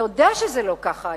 אתה יודע שזה לא ככה היום.